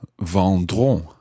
vendront